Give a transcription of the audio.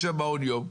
יש שם מעון יום.